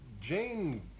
Jane